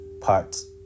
parts